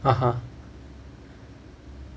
(uh huh)